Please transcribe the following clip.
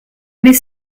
mais